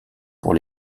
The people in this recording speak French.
pour